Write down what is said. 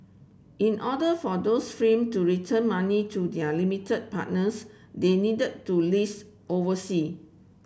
in order for those to return money to their limited partners they needed to list oversea